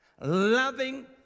loving